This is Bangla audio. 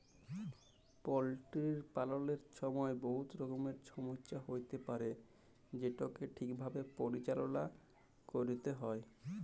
পলটিরি পাললের ছময় বহুত রকমের ছমচ্যা হ্যইতে পারে যেটকে ঠিকভাবে পরিচাললা ক্যইরতে হ্যয়